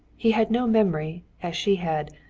he had no memory, as she had,